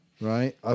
Right